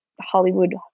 Hollywood